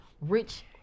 rich